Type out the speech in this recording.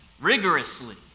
rigorously